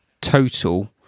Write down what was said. total